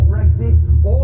Brexit